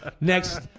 Next